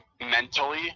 mentally